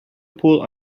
pool